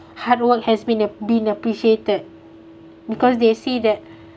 hard work has been ap~ been appreciated because they see that